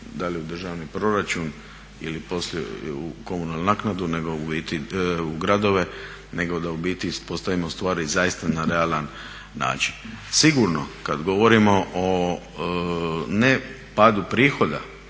da li u državni proračun ili poslije u komunalnu naknadu, nego u biti u gradove, nego da u biti postavimo stvari zaista na realan način. Sigurno kad govorimo o ne padu prihoda